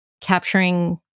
capturing